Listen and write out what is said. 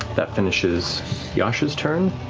that finishes yasha's turn.